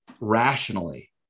rationally